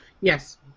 Yes